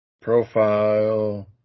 Profile